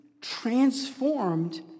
transformed